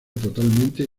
totalmente